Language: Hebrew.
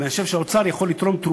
הוא בידיים של מי שמנהל אותו.